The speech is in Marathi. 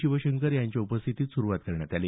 शिवशंकर यांच्या उपस्थितीत सुरूवात करण्यात आली